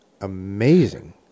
amazing